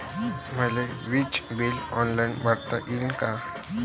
मले विजेच bill online भरता येईन का?